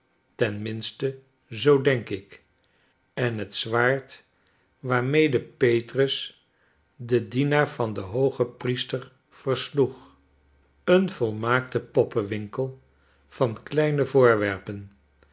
zoo denk ik en het zwaard waarmede petrus den dienaar van den hoogepriester versloeg een volmaakte poppenwinkel van kleine voorwerpen